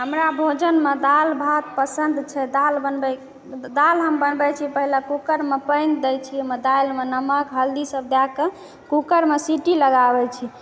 हमरा भोजनमे दालि भात पसन्द छै दालि बनबै दालि हम बनबै छी पहिले कुकरमे पानि दै छियै दालिमे नमक हल्दी सब दए कऽ कुकरमे सीटी लगावै छी